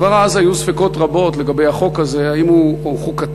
כבר אז היו ספקות רבים לגבי החוק הזה: האם הוא חוקתי,